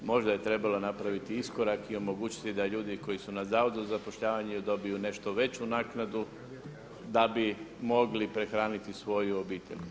Možda je trebalo napraviti iskorak i omogućiti da ljudi koji su na Zavodu za zapošljavanje dobiju nešto veću naknadu da bi mogli prehraniti svoju obitelj.